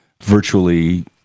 virtually